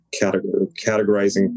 categorizing